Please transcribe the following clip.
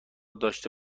داشته